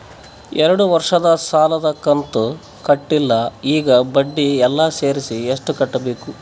ಎರಡು ವರ್ಷದ ಸಾಲದ ಕಂತು ಕಟ್ಟಿಲ ಈಗ ಬಡ್ಡಿ ಎಲ್ಲಾ ಸೇರಿಸಿ ಎಷ್ಟ ಕಟ್ಟಬೇಕು?